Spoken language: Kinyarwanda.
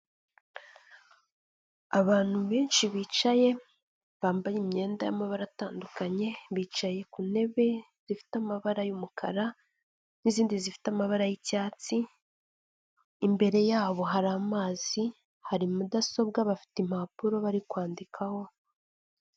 Abantu benshi bicaye bambaye imyenda y'amabara atandukanye bicaye ku ntebe zifite amabara y'umukara n'izindi zifite amabara y'icyatsi imbere yabo hari amazi, hari mudasobwa bafite impapuro bari kwandikaho.